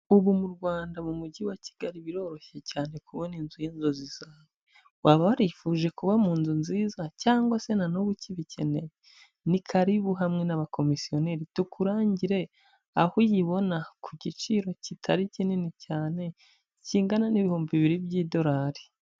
Ubu mu Rwanda mu Mujyi wa Kigali biroroshye cyane kubona inzu y'inzozi zawe. Waba warifuje kuba mu nzu nziza cyangwa se na n'ubu ukibikeneye? Ni karibu hamwe n'abakomisiyoneri tukurangire aho uyibona ku giciro kitari kinini cyane, kingana n'ibihumbi bibiri by'idolari.